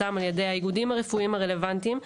שמפורסמים על ידי האיגודים הרפואיים הרלוונטיים.